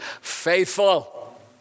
faithful